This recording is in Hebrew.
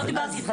לא דיברתי איתך.